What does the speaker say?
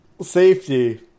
safety